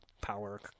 power